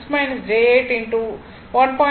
6 j 7